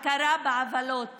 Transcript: הכרה בעוולות